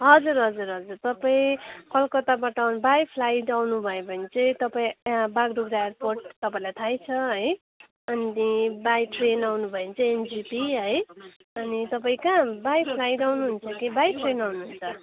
हजुर हजुर हजुर तपाईँ कलकत्ताबाट बाई फ्लाइट आउनुभयो भने चाहिँ तपाईँ बाग्डुग्रा एयरपोर्ट तपाईँलाई थाहै छ है अनि बाई ट्रेन आउनुभयो भने चाहिँ एनजेपी है अनि तपाईँ कहाँ बाई फ्लाइट अउनुहुन्छ कि बाई ट्रेन आउनुहुन्छ